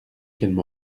qu’elles